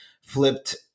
flipped